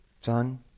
Son